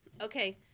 Okay